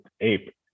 ape